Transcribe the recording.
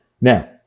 Now